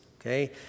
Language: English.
okay